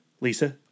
Lisa